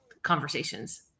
conversations